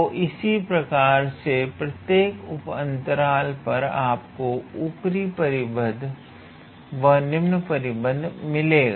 तो इसी प्रकार से प्रत्येक उप अंतराल पर आपको एक ऊपरी परिबद्ध व एक निम्न परिबद्ध मिलेगा